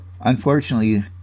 Unfortunately